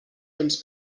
temps